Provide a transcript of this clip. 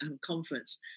conference